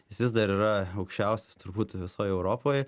jis vis dar yra aukščiausias turbūt visoj europoj